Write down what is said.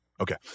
Okay